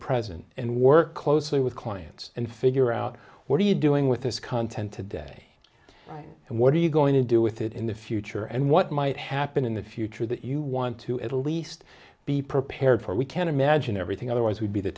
present and work closely with clients and figure out what are you doing with this content today and what are you going to do with it in the future and what might happen in the future that you want to at least be prepared for we can't imagine everything otherwise we'd be the